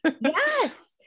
Yes